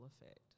effect